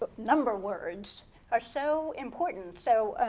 but number words are so important. so